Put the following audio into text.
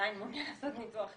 לעשות ניתוח ---.